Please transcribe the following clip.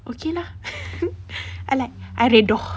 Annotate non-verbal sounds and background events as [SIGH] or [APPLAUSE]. okay lah [LAUGHS] I like I redha